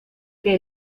que